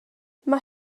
mae